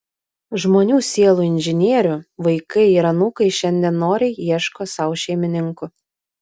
žmonių sielų inžinierių vaikai ir anūkai šiandien noriai ieško sau šeimininkų